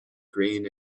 green